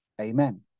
Amen